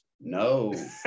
No